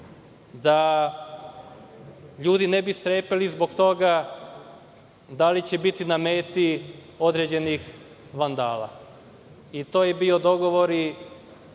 da ljudi ne bi strepeli zbog toga da li će biti na meti određenih vandala. To je bio dogovor i